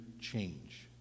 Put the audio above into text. change